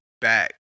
back